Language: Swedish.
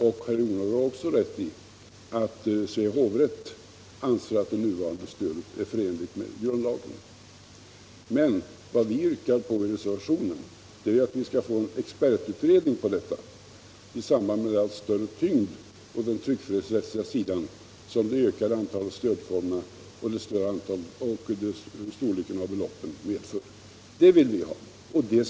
Herr Jonnergård har också rätt i att Svea hovrätt anser att det nuvarande presstödet är förenligt med grundlagen. Men vad vi yrkar på i reservationen är att vi skall få en expertutredning om detta i samband med den allt större tyngd på den tryckfrihetsrättsliga sidan som det ökade antalet stödformerna och beloppens storlek medför. Det är en sådan utredning vi vill ha här, och att en sådan behövs håller Svea hovrätt med oss om.